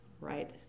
right